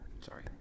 Sorry